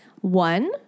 One